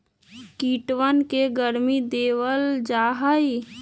कीटवन के गर्मी देवल जाहई